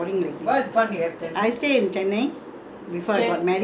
how I went to india I had a lot fun what I never have like boring ah